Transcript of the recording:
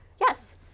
Yes